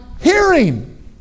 hearing